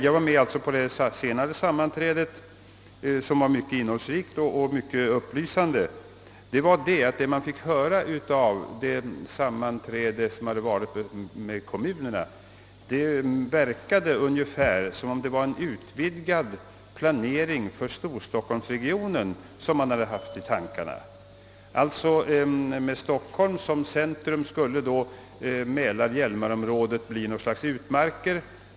Jag deltog i det sistnämnda sammanträdet, som var mycket innehållsrikt och upplysande, och jag oroades av det som där framfördes från det sammanträde som ägt rum med de kommunala representanterna. Det verkade som om man haft en utvidgad planering för storstockholmsregionen i tankarna. Med Stockholm som centrum skulle alltså mälarhjälmarområdet bli något slags utmark.